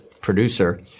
producer